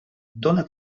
dóna